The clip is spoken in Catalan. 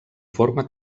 forma